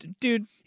dude